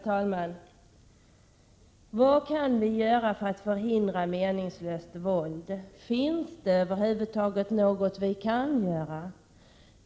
Herr talman! Vad kan vi göra för att förhindra meningslöst våld? Finns det över huvud taget något vi kan göra?